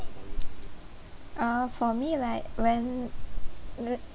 uh for me like when